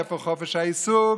איפה חופש העיסוק?